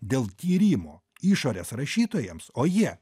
dėl tyrimo išorės rašytojams o jie